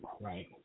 right